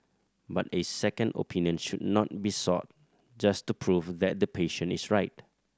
but a second opinion should not be sought just to prove that the patient is right